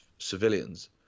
civilians